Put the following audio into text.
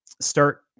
start